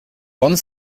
one